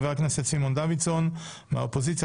חבר הכנסת סימון דוידסון; מהאופוזיציה,